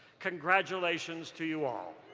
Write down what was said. congratulations to you all.